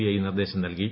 I നിർദ്ദേശം നൽകി